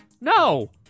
No